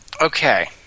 okay